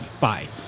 Bye